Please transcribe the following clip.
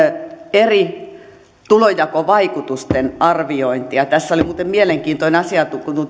eri tulonjakovaikutusten arviointia tässä oli muuten mielenkiintoinen asia